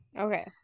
Okay